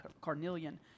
Carnelian